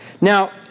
Now